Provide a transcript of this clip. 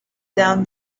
down